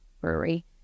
brewery